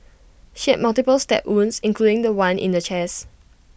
she had multiple stab wounds including The One in the chest